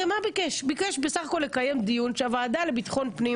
ביקש בסך הכול לקיים דיון שהוועדה לביטחון פנים